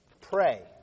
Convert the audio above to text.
pray